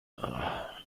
mir